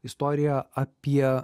istoriją apie